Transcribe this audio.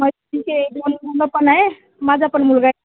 मैत्रिणीचे दोन मुलं पण आहे माझा पण मुलगा आहे